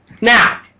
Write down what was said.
Now